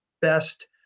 best